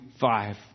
five